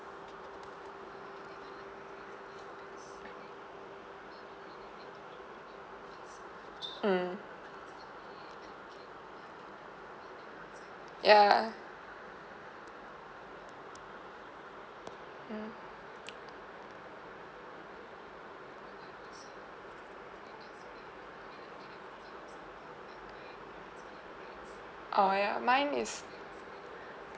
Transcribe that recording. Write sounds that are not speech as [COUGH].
mm ya hmm [NOISE] oh ya mine is